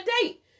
date